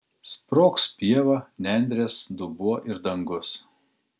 sprogs pieva nendrės dubuo ir dangus